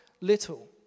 little